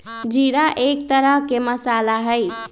जीरा एक तरह के मसाला हई